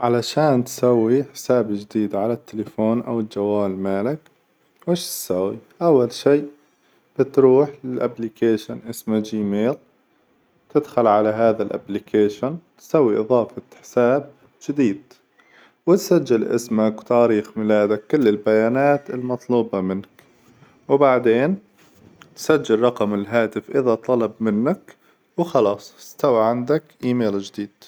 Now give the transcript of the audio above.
علشان تسوي حساب جديد على التليفون أو الجوال مالك وش تسوي؟ أول شي بتروح للأبلكيشن اسمه جيميل، تدخل على هذا الأبلكيشن تسوي اظافة حساب جديد، وتسجل اسمك وتاريخ ميلادك كل البيانات المطلوبة منك، وبعدين تسجل رقم الهاتف إذا طلب منك، وخلاص استوى عندك إيميل جديد.